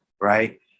Right